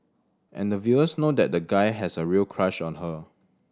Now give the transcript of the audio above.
and the viewers know that the guy has a real crush on her